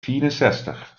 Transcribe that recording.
vierenzestig